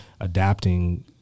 adapting